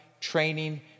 training